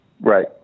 Right